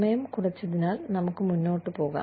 സമയം കുറച്ചതിനാൽ നമുക്ക് മുന്നോട്ട് പോകാം